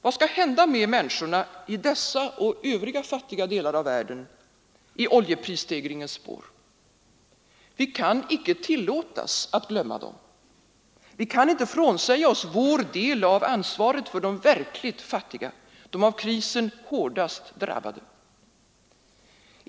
Vad skall hända med människorna i dessa och övriga fattiga delar av världen i oljeprisstegringens spår? Vi kan inte tillåtas glömma dem, vi kan inte frånsäga oss vår del av ansvaret för de verkligt fattiga, de av krisen hårdast drabbade.